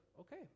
okay